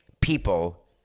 people